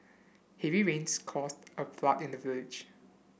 heavy rains caused a flood in the village